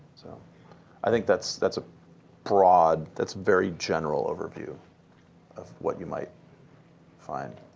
so i think that's that's a broad, that's very general overview of what you might find.